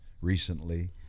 recently